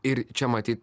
ir čia matyt